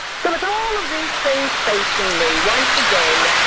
so with all of these things facing me, once again,